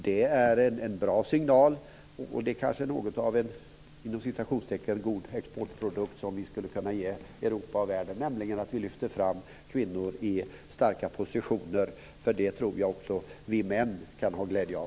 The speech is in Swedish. Det är en bra signal och det kanske är något av en "god exportprodukt" som vi skulle kunna ge Europa och världen, nämligen att vi lyfter fram kvinnor i starka positioner. Det tror jag också att vi män kan ha glädje av.